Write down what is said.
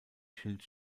schild